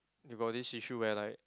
you got this issue where like